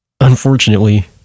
Unfortunately